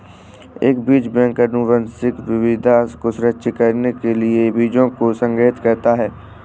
एक बीज बैंक आनुवंशिक विविधता को संरक्षित करने के लिए बीजों को संग्रहीत करता है